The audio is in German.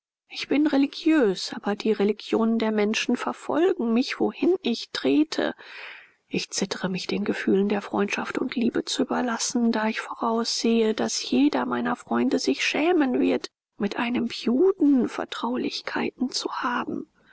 ich bin religiös aber die religionen der menschen verfolgen mich wohin ich trete ich zittere mich den gefühlen der freundschaft und liebe zu überlassen da ich voraussehe daß jeder meiner freunde sich schämen wird mit einem juden vertraulichkeiten zu haben